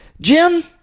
Jim